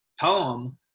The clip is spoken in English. poem